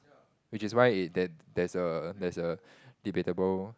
which is why it there there's a there's a debatable